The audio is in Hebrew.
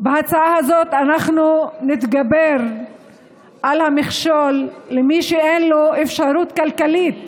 בהצעה הזו אנחנו גם נתגבר על המכשול שיש למי שאין לו אפשרות כלכלית